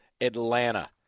Atlanta